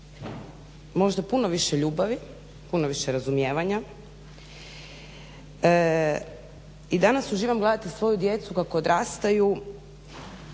možda puno više ljubavi, puno više razumijevanja. I danas uživam gledati svoju djecu kako odrastanju